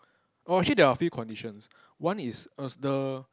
oh actually there are a few conditions one is uh the